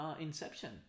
Inception